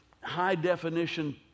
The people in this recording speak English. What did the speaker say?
high-definition